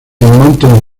mountain